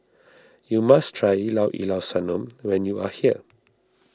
you must try Llao Llao Sanum when you are here